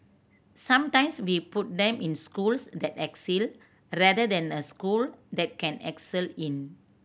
sometimes we put them in schools that excel rather than a school that can excel in